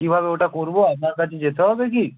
কীভাবে ওটা করবো আপনার কাছে যেতে হবে কি